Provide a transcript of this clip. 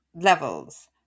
levels